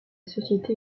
société